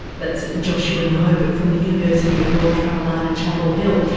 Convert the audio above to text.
that's joshua knobe from the university of north carolina chapel hill.